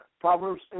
Proverbs